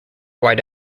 white